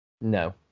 No